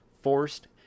forced